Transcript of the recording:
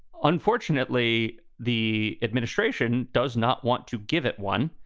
unfortunately, the administration does not want to give it one.